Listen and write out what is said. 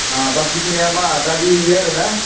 बाखिखिनिया मा दालि होयो आरोना